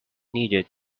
needed